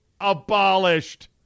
abolished